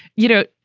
you know,